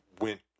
went